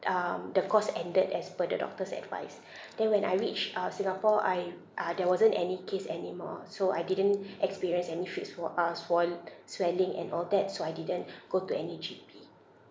um the course ended as per the doctor's advice then when I reached uh singapore I uh there wasn't any case anymore so I didn't experience any feets for are swoll~ swelling and all that so I didn't go to any G_P